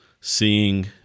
seeing